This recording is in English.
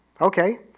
Okay